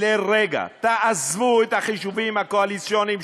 לרגע תעזבו את החישובים הקואליציוניים,